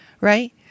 right